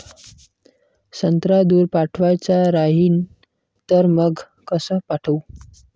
संत्रा दूर पाठवायचा राहिन तर मंग कस पाठवू?